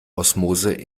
osmose